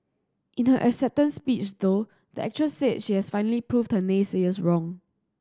in her acceptance speech though the actress said she has finally proved her naysayers wrong